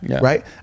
right